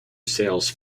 sails